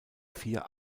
vier